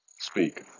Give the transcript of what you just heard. speak